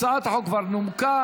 הצעת החוק כבר נומקה.